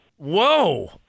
Whoa